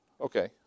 okay